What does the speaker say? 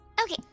Okay